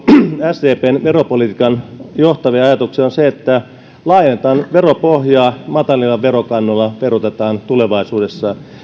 sdpn veropolitiikan johtavia ajatuksia on se että laajennetaan veropohjaa matalilla verokannoilla verotetaan tulevaisuudessa